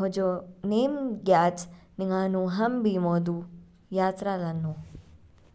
हजौ नेम ज्ञयाच निंगानु हाम बीमौ दु यात्रा लान्नौ।